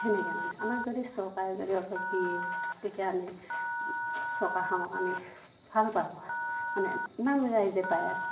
সেনেকে মানে আমাক যদি চৰকাৰে যদি অলপ দিয়ে তেতিয়া আমি চৰকাৰখনক আমি ভাল পাম মানে ইমান ৰাইজে পাই আছে